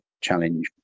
challenge